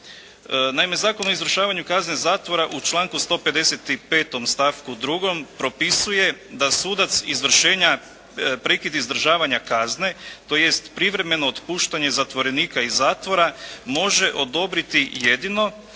Naime, Zakon o izvršavanju kazne zatvora u članku 155. stavku 2. propisuje da sudac izvršenja prekid izdržavanja kazne tj. privremeno otpuštanje zatvorenika iz zatvora može odobriti jedino